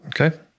Okay